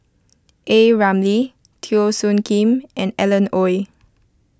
A Ramli Teo Soon Kim and Alan Oei